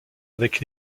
avec